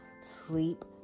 sleep